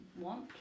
want